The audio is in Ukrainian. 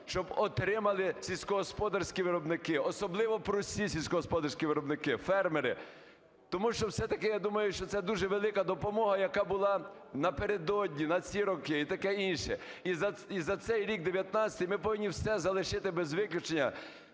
щоб отримали сільськогосподарські виробники, особливо прості сільськогосподарські виробники, фермери. Тому що все-таки я думаю, що це дуже велика допомога, яка була напередодні на ці роки і таке інше. І за цей рік 19-й ми повинні все залишити без виключення,